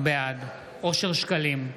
בעד אושר שקלים,